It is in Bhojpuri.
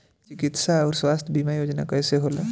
चिकित्सा आऊर स्वास्थ्य बीमा योजना कैसे होला?